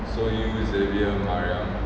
so you you xavier maria